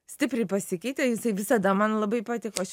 stipriai pasikeitė jisai visada man labai patiko aš